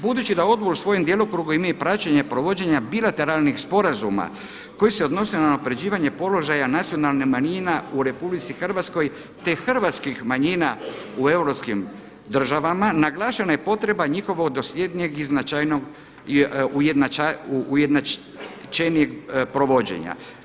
Budući da odbor u svom djelokrugu ima i praćenje provođenja bilateralnih sporazuma koji se odnose na unapređivanje položaja nacionalnih manjina u RH, te hrvatskih manjina u europskim državama, naglašena je potreba njihovog dosljednijeg i ujednačenijeg provođenja.